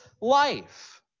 life